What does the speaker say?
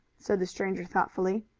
said the stranger thoughtfully,